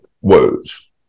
words